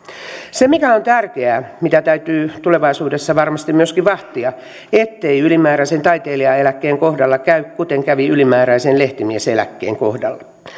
se mikä on tärkeää ja mitä täytyy tulevaisuudessa varmasti myöskin vahtia on ettei ylimääräisen taitelijaeläkkeen kohdalla käy kuten kävi ylimääräisen lehtimieseläkkeen kohdalla